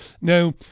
Now